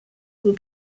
will